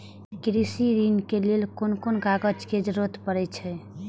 कृषि ऋण के लेल कोन कोन कागज के जरुरत परे छै?